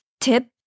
tip